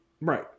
Right